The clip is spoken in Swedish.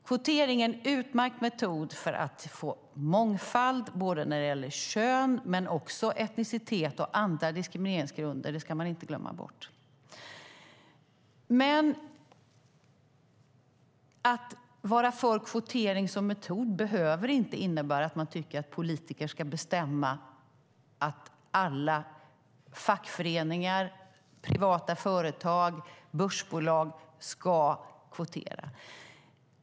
Kvotering är en utmärkt metod för att få mångfald när det gäller kön men också när det gäller etnicitet och andra diskrimineringsgrunder. Det ska man inte glömma bort. Men att vara för kvotering som metod behöver inte innebära att man tycker att politiker ska bestämma att alla fackföreningar, privata företag och börsbolag ska kvotera.